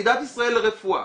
ועידת ישראל לרפואה,